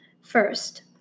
First